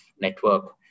network